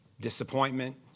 Disappointment